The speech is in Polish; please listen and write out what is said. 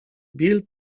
bill